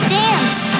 dance